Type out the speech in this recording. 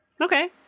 Okay